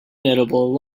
notable